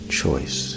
choice